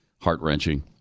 heart-wrenching